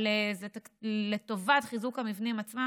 אבל לטובת חיזוק המבנים עצמם,